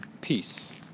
peace